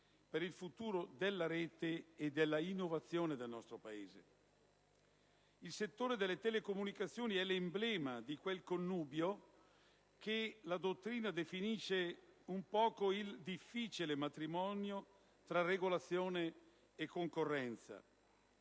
per il futuro della rete e dell'innovazione del nostro Paese. Il settore delle telecomunicazioni è l'emblema di quel connubio che la dottrina definisce come il difficile matrimonio tra regolazione e concorrenza.